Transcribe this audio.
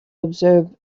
observe